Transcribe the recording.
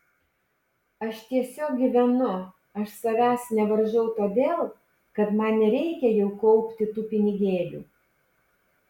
aš tiesiog gyvenu aš savęs nevaržau todėl kad man nereikia jau kaupti tų pinigėlių